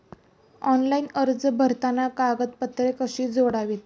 Online अर्ज भरताना कागदपत्रे कशी जोडावीत?